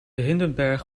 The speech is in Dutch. hindenberg